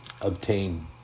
obtain